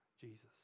Jesus